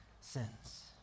sins